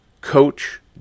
Coach